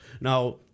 Now